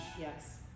Yes